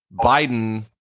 Biden